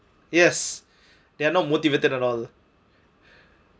yes they're not motivated at all